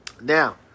Now